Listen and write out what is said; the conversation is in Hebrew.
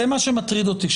זה מה שמטריד אותי.